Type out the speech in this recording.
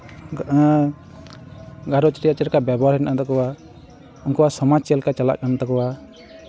ᱜᱷᱟᱨᱚᱸᱡᱽ ᱨᱮᱭᱟᱜ ᱪᱮᱫ ᱞᱮᱠᱟ ᱵᱮᱵᱚᱦᱟᱨ ᱦᱮᱱᱟᱜ ᱛᱟᱠᱚᱣᱟ ᱩᱱᱠᱩᱣᱟᱜ ᱥᱚᱢᱟᱡᱽ ᱪᱮᱫ ᱞᱮᱠᱟ ᱪᱟᱞᱟᱜ ᱠᱟᱱ ᱛᱟᱠᱳᱣᱟ